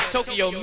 Tokyo